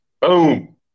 Boom